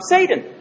Satan